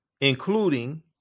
including